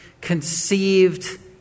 conceived